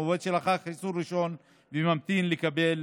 עובד שהוא לאחר חיסון ראשון וממתין לקבל